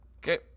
okay